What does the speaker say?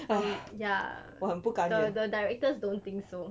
um ya the the directors don't think so